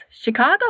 Chicago